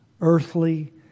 Earthly